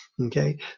okay